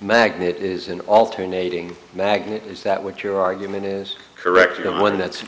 magnet is an alternating magnet is that what your argument is correct one that's